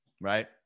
Right